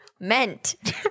Meant